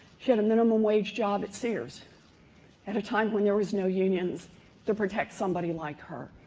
she had a minimum-wage job at sears at a time when there was no unions to protect somebody like her.